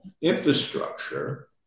infrastructure